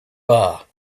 bar